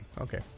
Okay